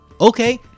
Okay